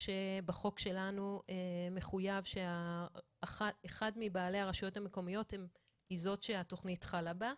כשבחוק שלנו מחויב שאחד מבעלי הרשויות המקומיות היא זו שהתכנית חלה בה,